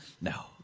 No